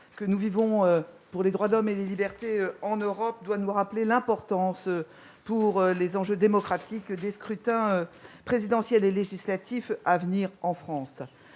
que nous vivons pour les droits de l'homme et les libertés en Europe doit nous rappeler l'importance, pour les enjeux démocratiques, des scrutins présidentiel et législatifs à venir en France.